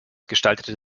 gestaltete